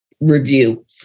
review